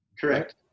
correct